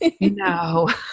No